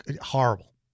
Horrible